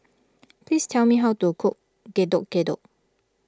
please tell me how to cook Getuk Getuk